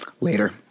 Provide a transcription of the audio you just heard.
later